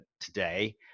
today